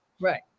right